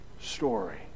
story